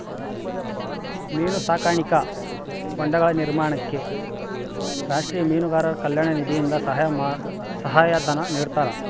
ಮೀನು ಸಾಕಾಣಿಕಾ ಹೊಂಡಗಳ ನಿರ್ಮಾಣಕ್ಕೆ ರಾಷ್ಟೀಯ ಮೀನುಗಾರರ ಕಲ್ಯಾಣ ನಿಧಿಯಿಂದ ಸಹಾಯ ಧನ ನಿಡ್ತಾರಾ?